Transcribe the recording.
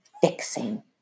fixing